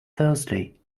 thursday